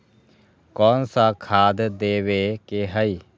कोन सा खाद देवे के हई?